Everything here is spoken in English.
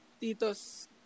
Tito's